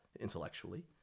intellectually